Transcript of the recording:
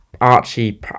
Archie